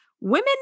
women